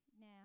now